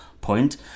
point